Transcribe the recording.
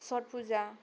सथ फुजा